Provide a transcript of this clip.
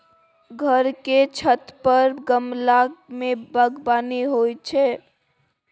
घर के छत पर गमला मे बगबानी होइ छै